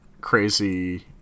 Crazy